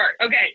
Okay